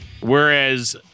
whereas